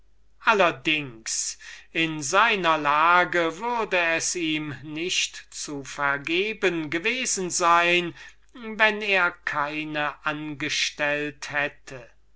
in seiner situation würde es ihm nicht zu vergeben gewesen sein wenn er keine angestellt hätte